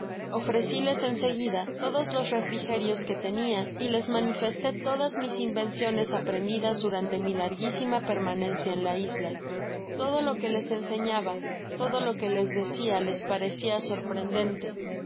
empalizada ofreciles en seguida todos los refrigerios que tenia y les manifestó todas mis invenciones aprendidas durante mi largisima permanencia en la isla todo lo que les enseñaba todo lo que les decia les parecia sorprendente